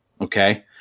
Okay